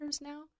now